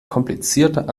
komplizierter